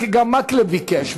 כי גם מקלב ביקש,